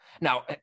now